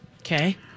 Okay